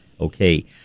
Okay